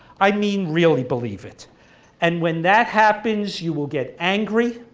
i mean really believe it and when that happens you will get angry,